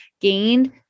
gained